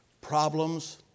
problems